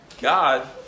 God